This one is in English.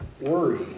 worry